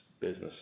business